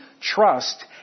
trust